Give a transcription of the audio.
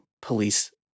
police